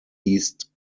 east